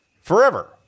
forever